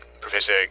Professor